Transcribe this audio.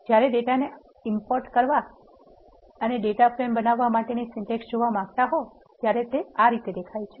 જ્યારે ડેટાને આયાત કરવા અને ડેટા ફ્રેમ બનાવવા માટેનો સિન્ટેક્સ જોવા માગતા હોવ ત્યારે તે આ રીતે દેખાય છે